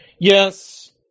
Yes